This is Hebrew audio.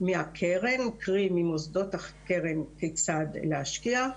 מהקרן קרי ממוסדות הקרן כיצד להשקיע,